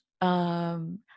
um-